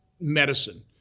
medicine